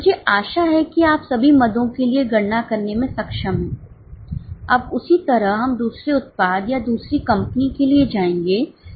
मुझे आशा है कि आप सभी मदों के लिए गणना करने में सक्षम हैं अब उसी तरह हम दूसरे उत्पाद या दूसरी कंपनी के लिए जाएंगे जो कि Q है